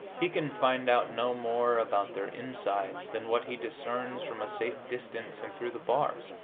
he can find out no more about their insides than what he discerns from a safe distance and through the bars.